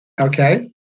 Okay